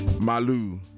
Malu